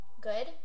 good